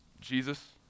Jesus